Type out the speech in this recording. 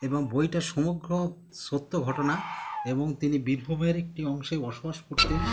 এবং বইটা সমগ্র সত্য ঘটনা এবং তিনি বীরভূমের একটি অংশে বসবাস করতেন